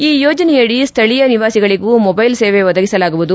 ಈ ಯೋಜನೆಯಡಿ ಸ್ವಳೀಯ ನಿವಾಸಿಗಳಿಗೂ ಮೊಬೈಲ್ ಸೇವೆ ಒದಗಿಸಲಾಗುವುದು